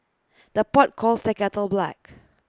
the pot calls the kettle black